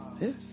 Yes